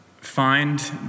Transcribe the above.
find